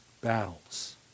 battles